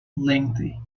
lengthy